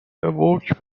awoke